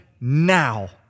now